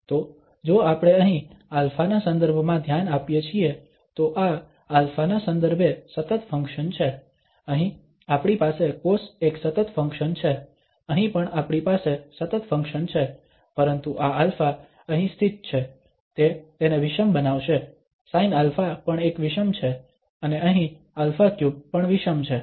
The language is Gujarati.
તો જો આપણે અહીં α ના સંદર્ભમાં ધ્યાન આપીએ છીએ તો આ α ના સંદર્ભે સતત ફંક્શન છે અહીં આપણી પાસે કોસ એક સતત ફંક્શન છે અહીં પણ આપણી પાસે સતત ફંક્શન છે પરંતુ આ α અહીં સ્થિત છે તે તેને વિષમ બનાવશે sinα પણ એક વિષમ છે અને અહીં α3 પણ વિષમ છે